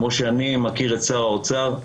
כמו שאני מכיר את שר האוצר,